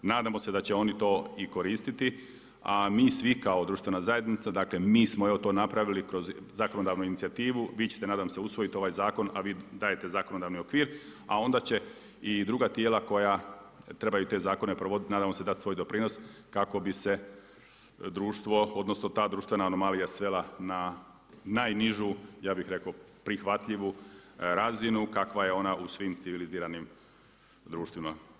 Nadamo se da će oni to i koristiti, a mi svi kao društvena zajednica, dakle mi smo evo to napravili kroz zakonodavnu inicijativu, vi ćete nadam se, usvojiti ovaj zakon, a vi dajete zakonodavni okvir, a onda će i druga tijela koja trebaju te zakone provoditi, nadamo se dati svoj doprinos, kako bi se društvo, odnosno ta društvena anomalija svela na najnižu, ja bih rekao prihvatljivu razinu, kakva je ona u svim civiliziranim društvima.